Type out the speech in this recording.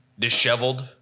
disheveled